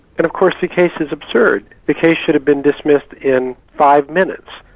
and of course the case is absurd. the case should have been dismissed in five minutes.